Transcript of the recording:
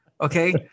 Okay